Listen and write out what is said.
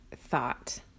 thought